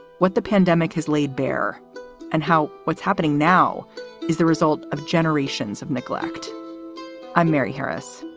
what the pandemic has laid bare and how what's happening now is the result of generations of neglect i'm mary harris.